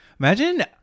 Imagine